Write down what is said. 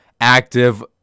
active